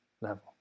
level